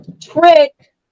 trick